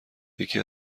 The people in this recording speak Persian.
یکی